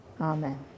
Amen